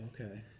okay